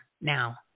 now